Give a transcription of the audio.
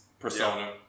Persona